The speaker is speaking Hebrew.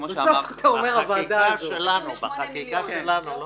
בחקיקה שלנו.